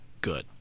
good